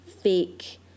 fake